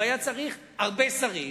והוא היה צריך הרבה שרים,